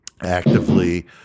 actively